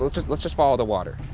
let's just let's just follow the water.